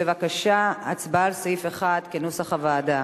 בבקשה, הצבעה על סעיף 1 כנוסח הוועדה.